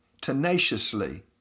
tenaciously